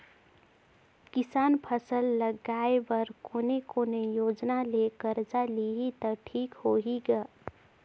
किसान फसल लगाय बर कोने कोने योजना ले कर्जा लिही त ठीक होही ग?